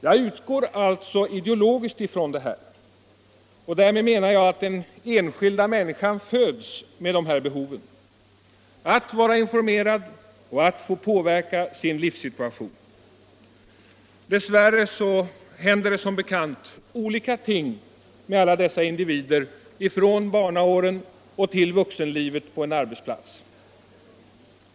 Jag utgår alltså ideologiskt från det här, och därmed menar jag att den enskilda människan föds med behov av att vara informerad och att få påverka sin livssituation. Dess värre händer det som bekant olika ting med alla dessa individer från barnaåren och till vuxenlivet på en arbetsplats.